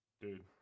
Dude